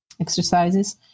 exercises